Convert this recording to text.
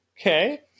Okay